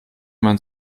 man